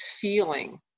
feeling